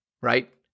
right